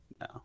no